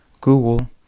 Google